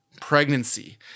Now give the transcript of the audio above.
pregnancy